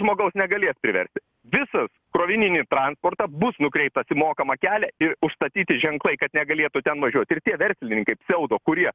žmogaus negalės priversti visas krovininį transportą bus nukreiptas į mokamą kelią ir užstatyti ženklai kad negalėtų ten važiuot ir tie verslininkai pseudo kurie